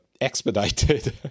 expedited